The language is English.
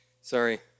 sorry